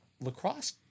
lacrosse